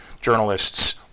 journalists